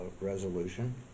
resolution